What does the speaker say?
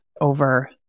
over